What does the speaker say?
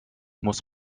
muss